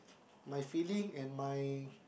my feeling and my